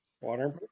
Water